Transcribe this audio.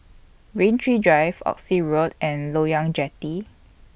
Rain Tree Drive Oxy Road and Loyang Jetty